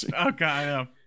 okay